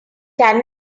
can